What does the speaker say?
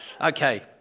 Okay